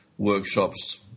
workshops